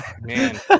Man